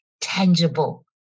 tangible